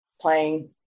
playing